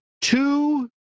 two